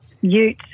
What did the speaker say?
ute